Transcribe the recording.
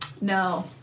No